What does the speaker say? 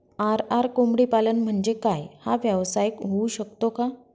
RR कोंबडीपालन म्हणजे काय? हा व्यवसाय होऊ शकतो का?